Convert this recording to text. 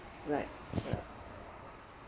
right